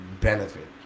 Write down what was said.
benefit